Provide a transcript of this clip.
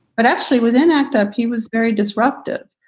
but actually within act up, he was very disruptive.